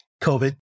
COVID